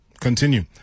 continue